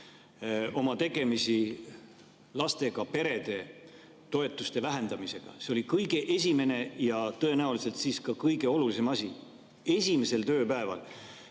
oma tegemisi lastega perede toetuste vähendamisest. See oli kõige esimene ja tõenäoliselt siis ka kõige olulisem asi. Esimesel tööpäeval!